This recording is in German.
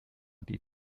die